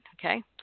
Okay